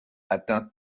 atteint